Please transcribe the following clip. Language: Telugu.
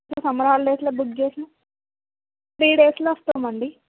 సమ్మర్ హాలిడేస్లో బుక్ చేసాము త్రీ డేస్లో వస్తాము అండి